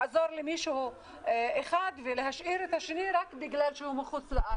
לעזור למישהו אחד ולהשאיר את השני רק בגלל שהוא מחו"ל.